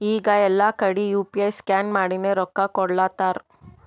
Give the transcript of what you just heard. ಈಗ ಎಲ್ಲಾ ಕಡಿ ಯು ಪಿ ಐ ಸ್ಕ್ಯಾನ್ ಮಾಡಿನೇ ರೊಕ್ಕಾ ಕೊಡ್ಲಾತಾರ್